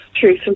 true